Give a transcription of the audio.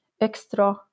extra